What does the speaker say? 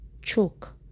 Choke